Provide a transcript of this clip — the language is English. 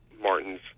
Martins